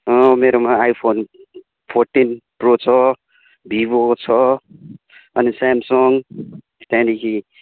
मेरोमा iPhone fourteen Pro छ Vivo छ अनि स्यामसङ त्यहाँदेखि